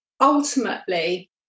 Ultimately